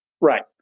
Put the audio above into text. Right